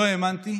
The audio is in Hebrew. לא האמנתי,